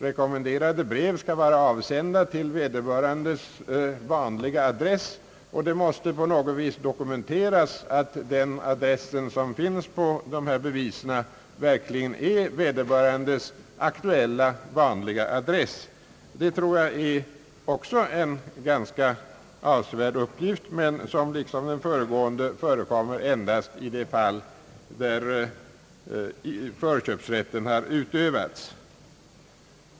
Rekommenderade brev skall vara avsända till vederbörandes vanliga adress, och det måste på något sätt dokumenteras att den adress som finns på be visen verkligen är vederbörandes aktuella, vanliga adress. Det är också en avsevärd uppgift, men den förekommer — i likhet med den andra uppgiften — endast i de fall då förköpsrätten har utövats.